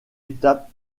étape